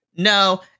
No